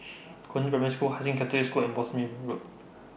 Concord Primary School Hai Sing Catholic School and Boscombe Road